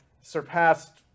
surpassed